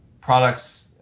products